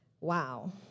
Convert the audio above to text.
Wow